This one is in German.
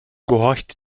gehorcht